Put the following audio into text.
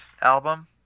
album